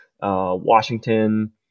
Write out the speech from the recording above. Washington